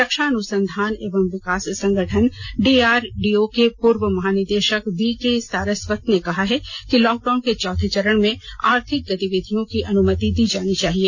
रक्षा अनुसंधान एवं विकास संगठन डीआरडीओ के पूर्व महानिदेशक वी के सारस्वत ने भी कहा है कि लॉकडाउन के चौथे चरण में आर्थिक गतिविधियों की अनुमति दी जानी चाहिए